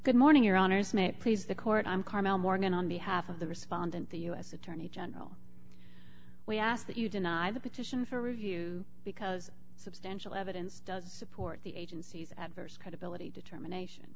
good morning your honor is may it please the court i'm carmel morgan on behalf of the respondent the u s attorney general we ask that you deny the petition for review because substantial evidence does support the agency's adverse credibility determination